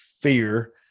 fear